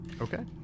Okay